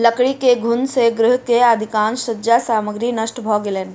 लकड़ी के घुन से गृह के अधिकाँश सज्जा सामग्री नष्ट भ गेलैन